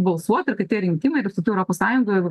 balsuot ir kad tie rinkimai ir apskritai europos sąjungoje